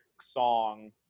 song